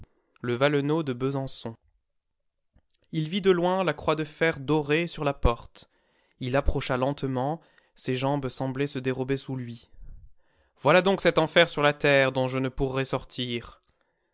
le valenod de besançon il vit de loin la croix de fer doré sur la porte il approcha lentement ses jambes semblaient se dérober sous lui voilà donc cet enfer sur la terre dont je ne pourrai sortir